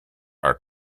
are